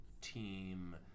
team